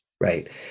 right